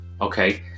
okay